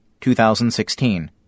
2016